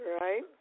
right